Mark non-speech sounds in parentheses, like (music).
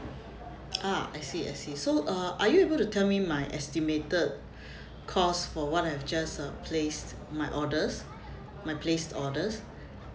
ah I see I see so uh are you able to tell me my estimated (breath) cost for what I've just uh placed my orders my placed orders